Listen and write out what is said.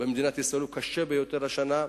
במדינת ישראל הוא קשה ביותר השנה,